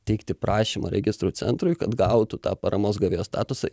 teikti prašymą registrų centrui kad gautų tą paramos gavėjo statusą